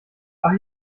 ach